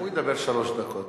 הוא ידבר שלוש דקות.